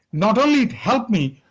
not only it helped me,